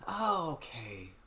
Okay